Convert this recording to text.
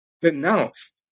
denounced